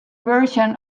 version